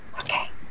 Okay